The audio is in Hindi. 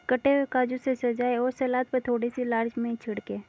कटे हुए काजू से सजाएं और सलाद पर थोड़ी सी लाल मिर्च छिड़कें